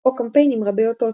או קמפיינים רבי אותות,